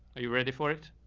are you ready for it?